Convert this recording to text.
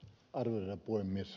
arvoisa puhemies